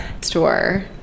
store